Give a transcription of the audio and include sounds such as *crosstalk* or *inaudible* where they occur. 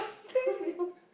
crazy *laughs*